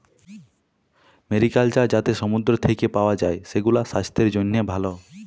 mariculture যাতে সমুদ্র থেক্যে মাছ পাওয়া যায়, সেগুলাসাস্থের জন্হে ভালো